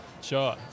Sure